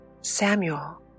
Samuel